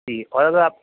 جی اور اگر آپ